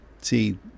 See